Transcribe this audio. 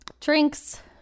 drinks